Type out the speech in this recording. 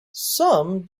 some